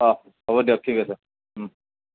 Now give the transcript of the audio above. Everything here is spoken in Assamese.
অঁ হ'ব দিয়ক ঠিক আছে